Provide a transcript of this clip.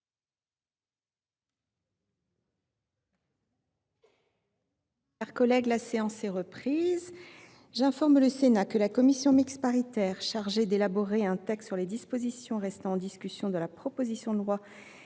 La séance est reprise. J’informe le Sénat que la commission mixte paritaire chargée d’élaborer un texte sur les dispositions restant en discussion de la proposition de loi